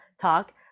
talk